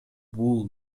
бул